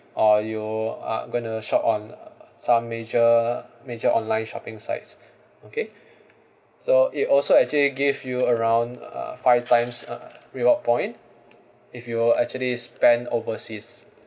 or you uh going to shop on uh some major major online shopping sites okay so it also actually give you around uh five times uh reward point if you actually spent overseas